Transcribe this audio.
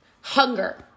Hunger